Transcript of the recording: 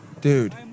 dude